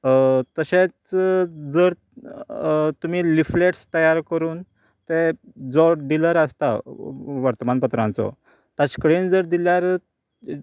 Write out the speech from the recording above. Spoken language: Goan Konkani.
तशेंच जर तुमी लिफलेट्स तयार करून तें जो डिलर आसता वर्तमानपत्रांचो ताजे कडेन जर दिल्यार